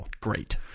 great